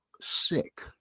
sick